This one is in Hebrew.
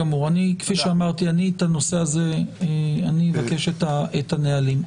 כפי שאמרתי, אני אבקש את הנהלים.